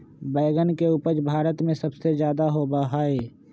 बैंगन के उपज भारत में सबसे ज्यादा होबा हई